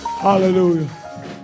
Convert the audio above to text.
Hallelujah